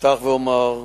אפתח ואומר,